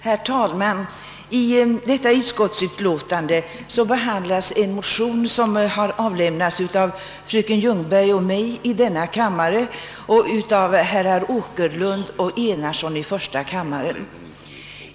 Herr talman! I detta utskottsutlåtande behandlas en motion som har avlämnats av fröken Ljungberg och mig i denna kammare och herrar Åkerlund och Enarsson i första kammaren.